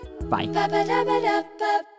Bye